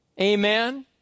Amen